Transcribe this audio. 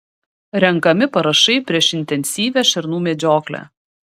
renkami parašai prieš intensyvią šernų medžioklę